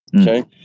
Okay